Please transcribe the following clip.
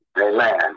Amen